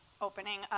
opening